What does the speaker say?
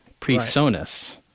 PreSonus